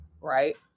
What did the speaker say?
right